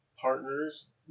partners